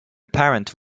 parent